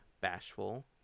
bashful